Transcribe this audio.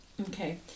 okay